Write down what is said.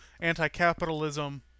anti-capitalism